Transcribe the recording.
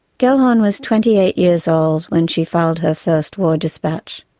gellhorn was twenty eight years old when she filed her first war dispatch.